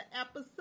episode